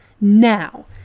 Now